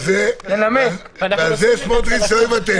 אבל על זה סמוטריץ' לא יוותר.